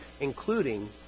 including